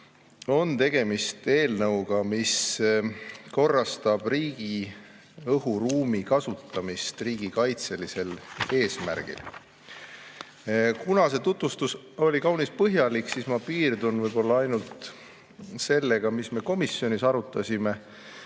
on tegemist eelnõuga, mis korrastab riigi õhuruumi kasutamist riigikaitselisel eesmärgil. Kuna see tutvustus oli kaunis põhjalik, siis ma piirdun ainult sellega, mida me komisjonis arutasime. Küsimus